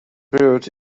brewed